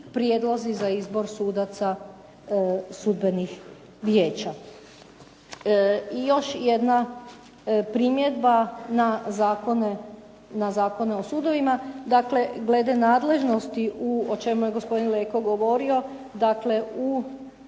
prijedlozi za izbor sudaca sudbenih vijeća. I još jedna primjedba na zakone o sudovima. Dakle, glede nadležnosti o čemu je gospodin Leko govorio, dakle u